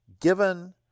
given